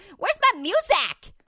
where's my music?